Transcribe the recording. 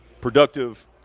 productive